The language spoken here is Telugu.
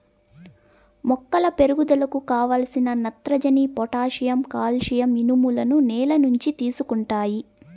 మొక్కల పెరుగుదలకు కావలసిన నత్రజని, పొటాషియం, కాల్షియం, ఇనుములను నేల నుంచి తీసుకుంటాయి